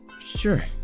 sure